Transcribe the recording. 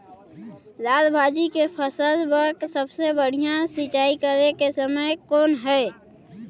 लाल भाजी के फसल बर सबले बढ़िया सिंचाई करे के समय कौन हे?